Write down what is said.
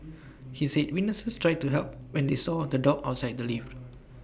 he said witnesses tried to help when they saw the dog outside the lift